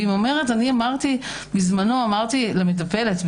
והיא אומרת: בשעתו אמרתי למטפלת,